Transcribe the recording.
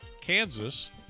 Kansas